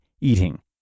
Eating